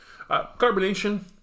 Carbonation